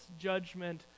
judgment